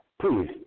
please